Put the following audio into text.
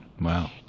Wow